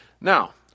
Now